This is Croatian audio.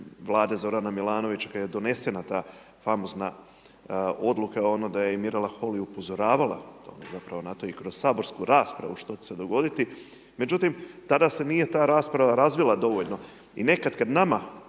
Vlade Zorana Milanovića kad je donesena ta famozna Odluka, ono da je i Mirela Holly upozoravala napravo na to i kroz saborsku raspravu što će se dogoditi, međutim tada se nije ta rasprava razvila dovoljno, i nekad kad nama